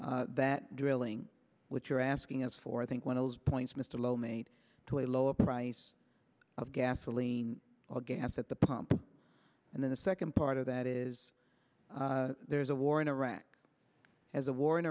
match that drilling what you're asking us for i think one of those points mr low made to a lower price of gasoline well gas at the pump and then the second part of that is there's a war in iraq as a war in